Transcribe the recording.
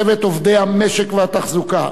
צוות עובדי המשק והתחזוקה,